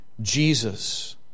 Jesus